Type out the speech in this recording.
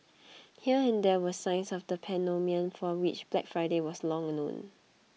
here and there were signs of the pandemonium for which Black Friday was long known